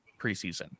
preseason